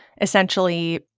essentially